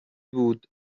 بود